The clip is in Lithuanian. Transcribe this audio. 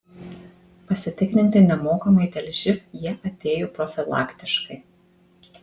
pasitikrinti nemokamai dėl živ jie atėjo profilaktiškai